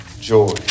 joy